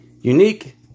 Unique